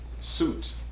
suit